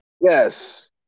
Yes